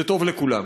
זה טוב לכולם.